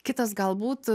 kitas galbūt